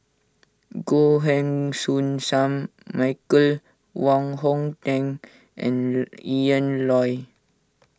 Goh Heng Soon Sam Michael Wong Hong Teng and Ian Loy